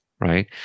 right